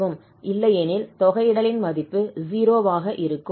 இல்லையெனில் தொகையிடலின் மதிப்பு 0 ஆக இருக்கும்